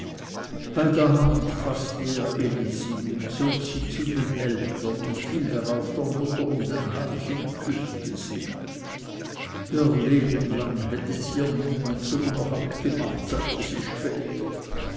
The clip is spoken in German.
bei der hand faßte er elisi und zog sie zu den eltern und fiel darauf der mutter um den hals und küßte sie ihrer lebelang hätte es ihr niemand so unerchannt gemacht sagte sie später